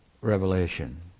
revelation